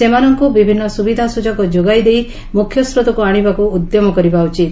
ସେମାନଙ୍କୁ ବିଭିନ୍ନ ସୁବିଧା ସୁଯୋଗ ଯୋଗାଇଦେଇ ମୁଖ୍ୟସ୍ରୋତକୁ ଆଶିବାକୁ ଉଦ୍ୟମ କରିବା ଉଚିତ